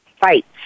fights